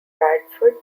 bradford